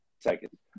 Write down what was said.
seconds